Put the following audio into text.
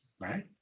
right